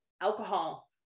alcohol